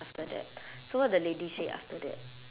after that so what the lady say after that